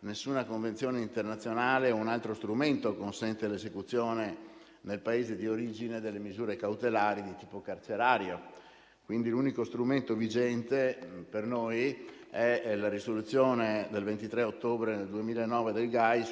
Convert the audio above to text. nessuna convenzione internazionale o un altro strumento consente l'esecuzione nel Paese di origine delle misure cautelari di tipo carcerario, quindi l'unico strumento vigente per noi è la risoluzione del 23 ottobre del 2009 del Consiglio giustizia e affari interni (GAI)